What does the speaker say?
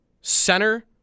center